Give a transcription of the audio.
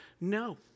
No